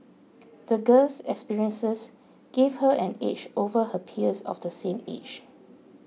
the girl's experiences gave her an edge over her peers of the same age